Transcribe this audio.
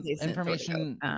information